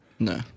No